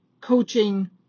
coaching